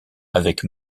avec